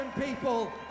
people